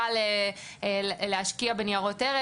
עוד לא דיברנו על באמת אנשים שקונים תעודות סל להשקיע בניירות ערך,